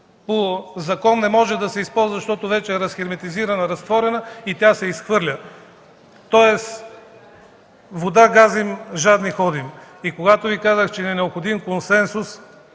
по закон не може да се използва, защото вече е разхерметизирана, се изхвърля. Тоест: „Вода газим, жадни ходим”. Когато Ви казах, че ни е необходим консенсус